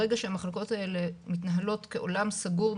ברגע שהמחלקות האלה מתנהלות כעולם סגור,